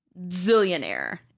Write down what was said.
zillionaire